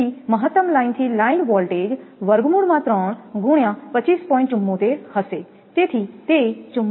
તેથી મહત્તમ લાઇન થી લાઇન વોલ્ટેજ હશે તેથી તે 44